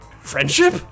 Friendship